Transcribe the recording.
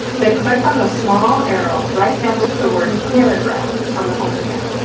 then click on the small arrow right next to the word paragraph on the home tab.